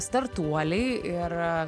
startuoliai ir